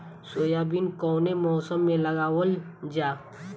Soybean कौने मौसम में लगावल जा?